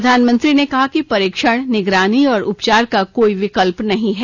प्रधानमंत्री ने कहा कि परीक्षण निगरानी और उपचार का कोई विकल्प नहीं है